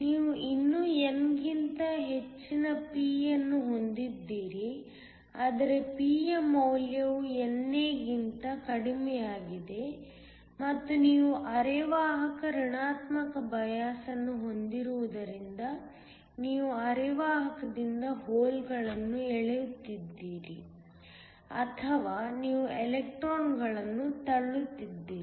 ನೀವು ಇನ್ನೂ n ಗಿಂತ ಹೆಚ್ಚಿನ p ಅನ್ನು ಹೊಂದಿದ್ದೀರಿ ಆದರೆ P ಯ ಮೌಲ್ಯವು NA ಗಿಂತ ಕಡಿಮೆಯಾಗಿದೆ ಮತ್ತು ನೀವು ಅರೆವಾಹಕ ಋಣಾತ್ಮಕ ಬಯಾಸ್ ಅನ್ನು ಹೊಂದಿರುವುದರಿಂದ ನೀವು ಅರೆವಾಹಕದಿಂದ ಹೋಲ್ಗಳನ್ನು ಎಳೆಯುತ್ತಿದ್ದೀರಿ ಅಥವಾ ನೀವು ಎಲೆಕ್ಟ್ರಾನ್ಗಳನ್ನು ತಳ್ಳುತ್ತಿದ್ದೀರಿ